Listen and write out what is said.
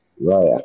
Right